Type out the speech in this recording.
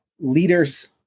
leaders